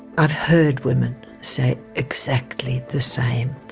i've heard women say exactly the same,